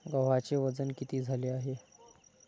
गव्हाचे वजन किती झाले आहे?